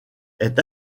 est